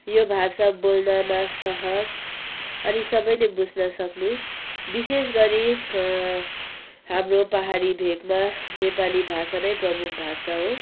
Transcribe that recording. यो भाषा बोल्नमा सहज अनि सबैले बुझ्न सक्ने विशेष गरी हाम्रो पहाडी भेकमा नेपाली भाषा नै प्रमुख भाषा हो